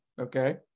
okay